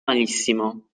malissimo